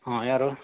ಹಾಂ ಯಾರು